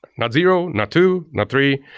not zero, not two, not three.